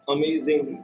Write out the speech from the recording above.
Amazing